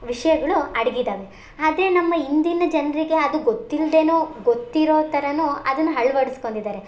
ವಿಷಯಗಳು ಅಡಗಿದ್ದಾವೆ ಆದರೆ ನಮ್ಮ ಇಂದಿನ ಜನರಿಗೆ ಅದು ಗೊತ್ತಿಲ್ಲದೇಯೋ ಗೊತ್ತಿರೋ ಥರನೋ ಅದನ್ನ ಅಳ್ವಡಿಸ್ಕೊಂಡಿದಾರೆ